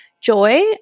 joy